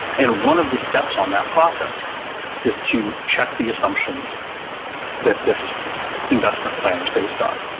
and one of the steps on that process is to check the assumptions that this investment plan is based on.